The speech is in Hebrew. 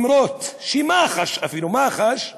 אף שמח"ש, אפילו מח"ש,